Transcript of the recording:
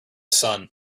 sun